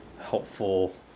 helpful